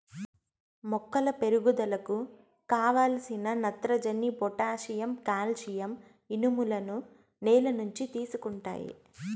మొక్కల పెరుగుదలకు కావలసిన నత్రజని, పొటాషియం, కాల్షియం, ఇనుములను నేల నుంచి తీసుకుంటాయి